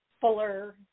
fuller